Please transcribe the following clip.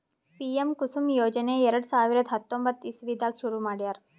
PM Kusum ಯೋಜನೆ ಎರಡ ಸಾವಿರದ್ ಹತ್ತೊಂಬತ್ತ್ ಇಸವಿದಾಗ್ ಶುರು ಮಾಡ್ಯಾರ್